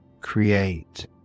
create